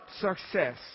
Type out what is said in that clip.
success